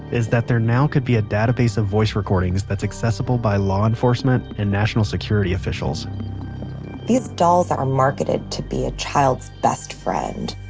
is that there now could be a database of voice recordings that's accessible by law enforcement and national security officials these dolls are marketed to be a child's best friend.